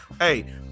Hey